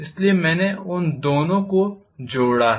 इसलिए मैंने उन दोनों को जोड़ा है